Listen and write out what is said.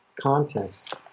context